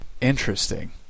Interesting